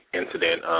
incident